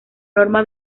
norma